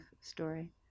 story